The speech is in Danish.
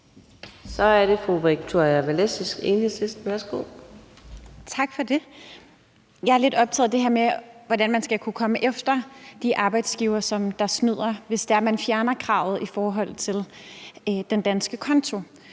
Kl. 13:55 Victoria Velasquez (EL): Tak for det. Jeg er lidt optaget af det her med, hvordan man skal kunne komme efter de arbejdsgivere, som snyder, hvis man fjerner kravet om en dansk konto.